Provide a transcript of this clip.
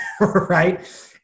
right